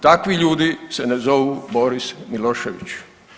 Takvi ljudi se ne zovu Boris Milošević.